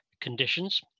conditions